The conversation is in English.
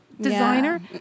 designer